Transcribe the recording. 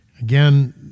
Again